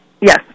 Yes